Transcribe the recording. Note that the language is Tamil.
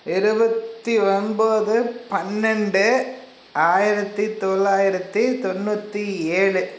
இருபத்தி ஒன்பது பண்ணெரெண்டு ஆயிரத்தி தொள்ளாயிரத்தி தொண்ணூற்றி ஏழு